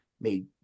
made